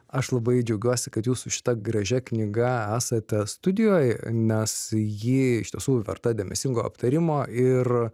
aš labai džiaugiuosi kad jūs su šita gražia knyga esate studijoj nes ji iš tiesų verta dėmesingo aptarimo ir